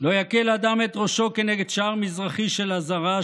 לא יקל אדם את ראשו כנגד שער מזרחי של עזרה,